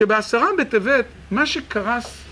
שבעשרה בטבת מה שקרס